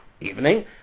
evening